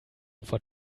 vor